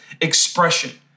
expression